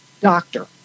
doctor